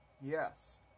Yes